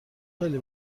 خیلی